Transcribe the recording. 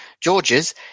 Georges